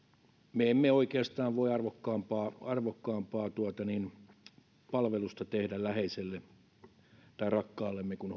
me emme oikeastaan voi arvokkaampaa arvokkaampaa palvelusta tehdä läheiselle tai rakkaallemme kuin